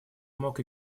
mock